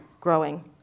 growing